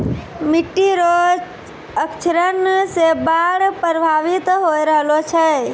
मिट्टी रो क्षरण से बाढ़ प्रभावित होय रहलो छै